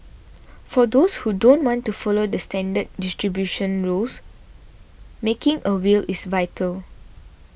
for those who don't want to follow the standard distribution rules making a will is vital